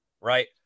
right